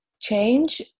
change